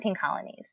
colonies